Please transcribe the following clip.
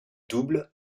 double